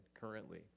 currently